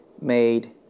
made